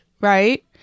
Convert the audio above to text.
right